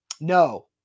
No